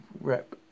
rep